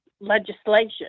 legislation